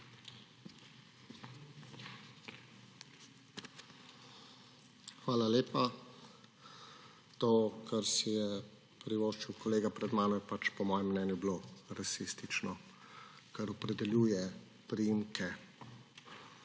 Hvala lepa. To, kar si je privoščil kolega pred mano, je bilo po mojem mnenju rasistično. Kar opredeljuje priimke.